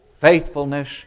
Faithfulness